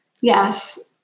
yes